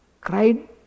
Cried